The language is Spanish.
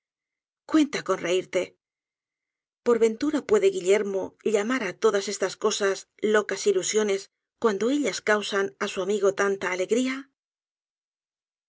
cuenta con reirte por ventura puede guillerm q llamar á todas estas cosas locas ilusiones r cuando ellas causan á su amigo tanta alegría